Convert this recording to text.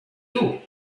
too